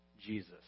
Jesus